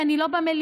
כי אני לא במילייה,